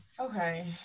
Okay